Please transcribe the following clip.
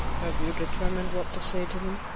have you determin'd what to say to them?